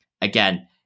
again